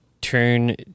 turn